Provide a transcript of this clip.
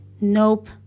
nope